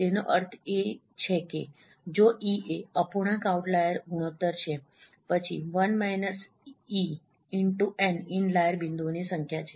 તેનો અર્થ એ છે કે જો ઇ એ અપૂર્ણાંક આઉટલાઈર ગુણોત્તર છે પછી N ઇનલાઈર બિંદુઓની સંખ્યા છે